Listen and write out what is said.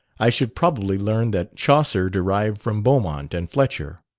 i should probably learn that chaucer derived from beaumont and fletcher.